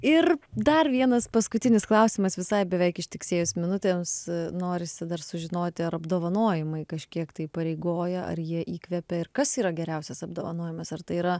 ir dar vienas paskutinis klausimas visai beveik ištiksėjus minutėms norisi dar sužinoti ar apdovanojimai kažkiek tai įpareigoja ar jie įkvepia ir kas yra geriausias apdovanojimas ar tai yra